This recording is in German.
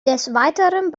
weiteren